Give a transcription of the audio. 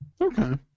Okay